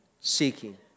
seeking